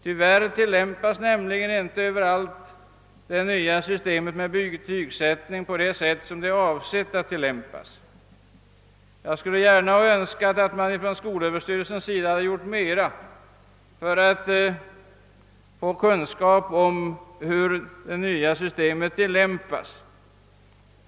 Tyvärr tilllämpas inte överallt det nya systemet med betygsättning på det sätt som det är avsett att tillämpas. Jag skulle gärna ha önskat att skolöverstyrelsen hade gjort mera för att inhämta kunskap om hur det nya systemet tillämpas.